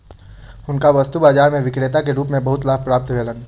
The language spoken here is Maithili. हुनका वस्तु बाजार में विक्रेता के रूप में बहुत लाभ प्राप्त भेलैन